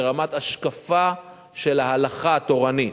ברמת השקפה של ההלכה התורנית.